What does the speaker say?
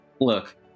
look